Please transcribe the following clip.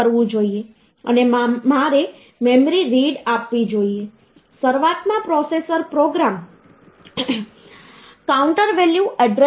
75 number હોય અને આપણે તેને બાઈનરી નંબર સિસ્ટમમાં કન્વર્ટ કરવા માંગતા હોઈએ તો પછી સૌ પ્રથમ આ 5 ને બાઈનરી નંબર સિસ્ટમમાં રૂપાંતરિત કરવું પડશે